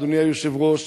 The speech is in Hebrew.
אדוני היושב-ראש,